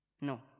No